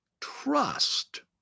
trust